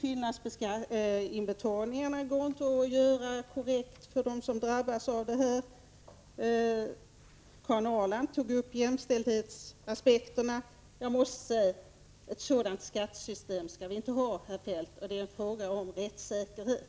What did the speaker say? Fyllnadsinbetalningarna går inte att göra korrekt för dem som drabbas av det här. Karin Ahrland tog upp jämställdhetsaspekterna. Jag måste säga att ett sådant skattesystem skall vi inte ha, herr Feldt. Det är en fråga om rättssäkerhet.